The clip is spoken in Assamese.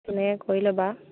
এনেকৈ কৰি ল'বা